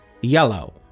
Yellow